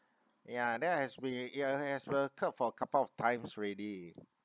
ya that has been ya has were called for a couple of times ready